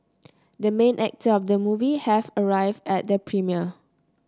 the main actor of the movie have arrived at the premiere